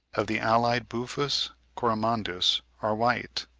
of the allied buphus coromandus are white,